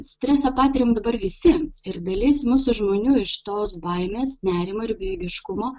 stresą patiriam dabar visi ir dalis mūsų žmonių iš tos baimės nerimo ir bejėgiškumo